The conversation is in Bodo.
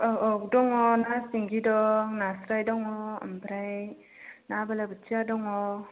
औ औ दङ ना सिंगि दं नास्राय दङ ओमफ्राय ना बालाबाथिया दङ